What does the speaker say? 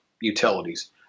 utilities